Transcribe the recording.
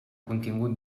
contingut